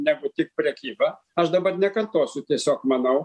negu tik prekyba aš dabar nekartosiu tiesiog manau